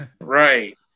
Right